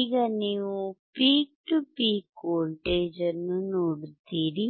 ಈಗ ನೀವು peak to peak voltage ಅನ್ನು ನೋಡುತ್ತೀರಿ